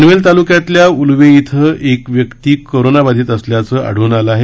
नवेल तालुक्यातल्या उलवे इथं एक व्यक्ती कोरोना बाधित असल्याचं आढळून आलं आहे